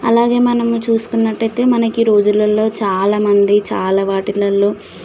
అలాగే మనం చూసుకున్నట్టయితే మనకి ఈ రోజులల్లో చాలా మంది చాలా వాటిలల్లో